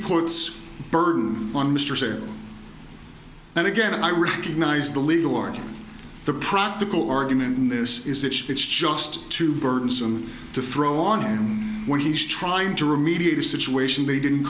puts burden on mr sawyer and again i recognize the legal argument the practical argument in this is that it's just too burdensome to throw on him when he's trying to remediate a situation they didn't